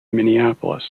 minneapolis